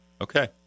Okay